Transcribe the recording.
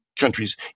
countries